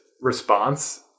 response